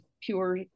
pure